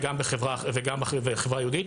וגם בחברה היהודית.